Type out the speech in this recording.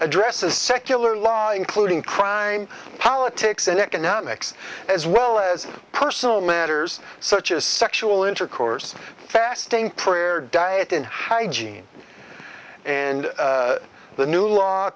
addresses secular law including crime politics and economics as well as personal matters such as sexual intercourse fasting prayer diet and hygiene and the new law